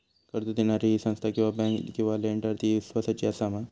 कर्ज दिणारी ही संस्था किवा बँक किवा लेंडर ती इस्वासाची आसा मा?